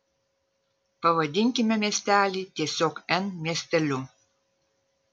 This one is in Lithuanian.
pavadinkime miestelį tiesiog n miesteliu